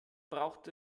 braucht